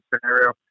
scenario